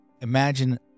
imagine